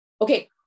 Okay